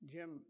Jim